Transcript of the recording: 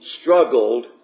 struggled